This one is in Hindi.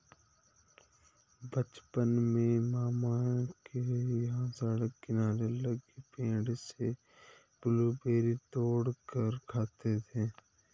बचपन में मामा के यहां सड़क किनारे लगे पेड़ से ब्लूबेरी तोड़ कर खाते थे